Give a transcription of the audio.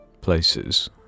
places